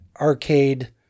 arcade